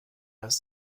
das